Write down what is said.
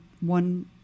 one